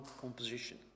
composition